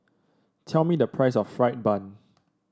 tell me the price of fried bun